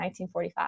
1945